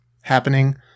happening